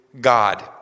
God